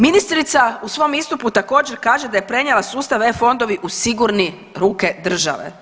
Ministrica u svom istupu također kaže da je prenijela e-fondovi u sigurne ruke države.